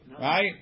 right